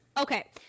Okay